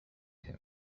him